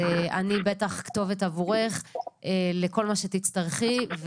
אני בטח כתובת עבורך לכל מה שתצטרכי.